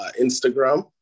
Instagram